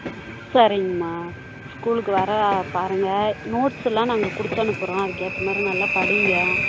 சரிங்ம்மா ஸ்கூலுக்கு வர பாருங்க நோட்ஸ் எல்லாம் நாங்கள் கொடுத்து அனுப்புகிறோம் அதுக்கு ஏற்ற மாதிரி நல்லா படிங்க